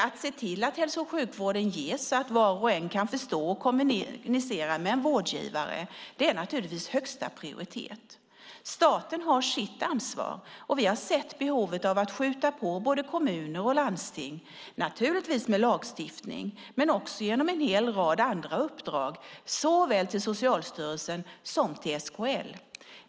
Att se till att hälso och sjukvård ges så att var och en kan förstå och kommunicerar med en vårdgivare är naturligtvis högsta prioritet. Staten har sitt ansvar. Vi har sett behov av att skjuta på både kommuner och landsting, naturligtvis med lagstiftning men också genom en hel rad andra uppdrag, såväl till Socialstyrelsen som till SKL.